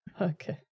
okay